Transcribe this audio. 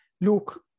look